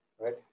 right